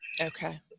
okay